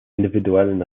individuellen